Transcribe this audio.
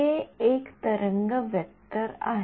के एक तरंग वेक्टर आहे